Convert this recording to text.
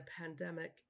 pandemic